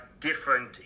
different